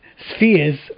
spheres